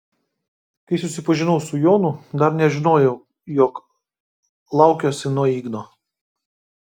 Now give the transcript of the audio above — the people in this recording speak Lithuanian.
kai susipažinau su jonu dar nežinojau jog laukiuosi nuo igno